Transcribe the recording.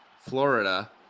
Florida